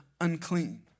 unclean